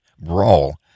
Brawl